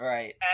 Right